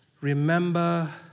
Remember